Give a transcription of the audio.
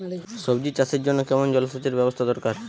সবজি চাষের জন্য কেমন জলসেচের ব্যাবস্থা দরকার?